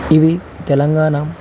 ఇవి తెలంగాణ